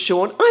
Sean